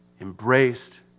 embraced